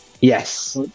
Yes